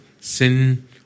sin